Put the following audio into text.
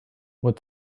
what